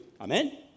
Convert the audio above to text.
Amen